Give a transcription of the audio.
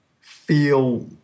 feel